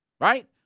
right